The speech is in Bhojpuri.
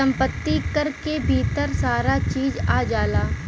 सम्पति कर के भीतर सारा चीज आ जाला